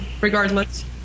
regardless